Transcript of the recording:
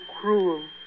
cruel